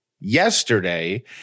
yesterday